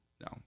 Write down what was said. no